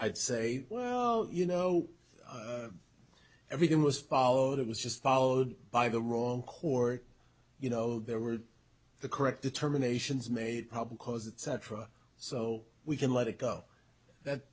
i'd say well you know everything was followed it was just followed by the wrong court you know there were the correct determinations made probably cause it cetera so we can let it go that